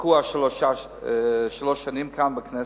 תקוע שלוש שנים כאן בכנסת,